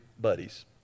buddies